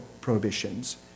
prohibitions